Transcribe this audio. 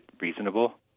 reasonable